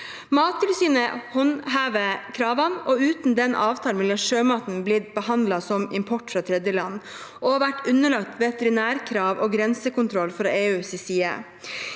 Mattilsynet håndhever kravene. Uten den avtalen ville norsk sjømat ha blitt behandlet som import fra tredjeland og vært underlagt veterinærkrav og grensekontroll fra EUs side.